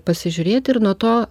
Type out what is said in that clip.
pasižiūrėt ir nuo to